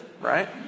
right